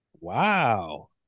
Wow